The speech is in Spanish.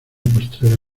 postrera